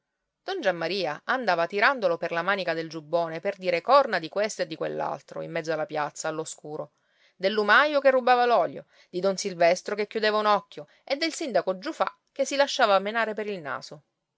don giammaria andava tirandolo per la manica del giubbone per dire corna di questo e di quell'altro in mezzo alla piazza all'oscuro del lumaio che rubava l'olio di don silvestro che chiudeva un occhio e del sindaco giufà che si lasciava menare per il naso